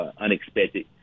unexpected